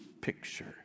picture